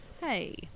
Hey